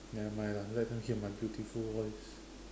nevermind lah let them hear my beautiful voice